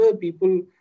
people